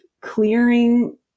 clearing